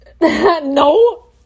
No